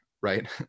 right